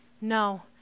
no